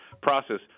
process